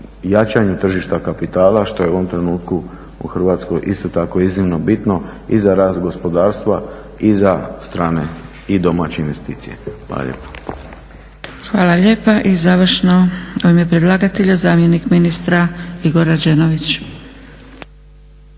jačanje tržišta kapitala što je u ovom trenutku u Hrvatskoj isto tako iznimno bitno i za rast gospodarstva i za strane i domaće investicije. Hvala lijepo. **Zgrebec, Dragica (SDP)** Hvala lijepa. I završno u ime predlagatelja zamjenik ministra Igor Rađenović.